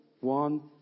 one